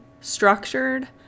structured